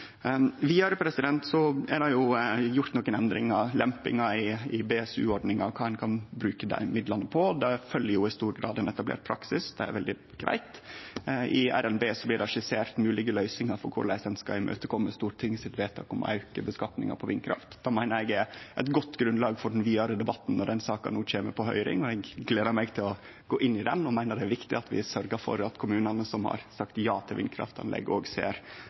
er det gjort nokre endringar, lempingar, i BSU-ordninga og kva ein kan bruke dei midlane på. Det følgjer i stor grad ein etablert praksis. Det er veldig greitt. I RNB blir det skissert moglege løysingar for korleis ein skal imøtekome Stortingets vedtak om å auke skattlegginga på vindkraft. Det meiner eg er eit godt grunnlag for den vidare debatten når den saka no kjem på høyring. Eg gler meg til å gå inn i ho og meiner det er viktig at vi sørgjer for at kommunane som har sagt ja til vindkraftanlegg, òg ser